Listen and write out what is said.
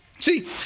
See